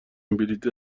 بلیط